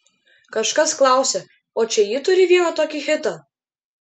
kažkas klausė o čia ji turi vieną tokį hitą